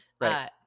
Right